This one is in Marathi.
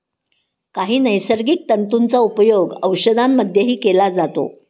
काही नैसर्गिक तंतूंचा उपयोग औषधांमध्येही केला जातो